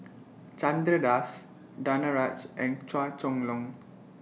Chandra Das Danaraj and Chua Chong Long